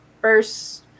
first